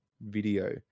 video